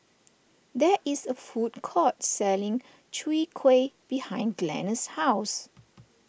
there is a food court selling Chwee Kueh behind Glenna's house